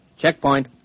Checkpoint